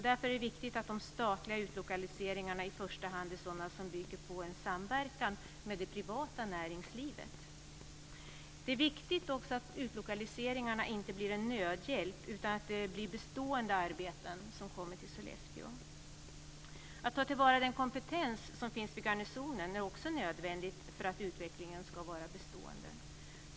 Därför är det viktigt att de statliga utlokaliseringarna i första hand är sådana som bygger på en samverkan med det privata näringslivet. Det är viktigt att utlokaliseringen inte blir en nödhjälp utan att det blir bestående arbeten som kommer till Sollefteå. Att ta till vara den kompetens som finns vid garnisonen är också nödvändigt för att utvecklingen ska bli bestående.